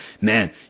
man